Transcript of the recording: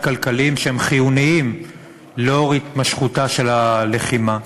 כלכלי שהוא חיוני לאור התמשכותה של הלחימה.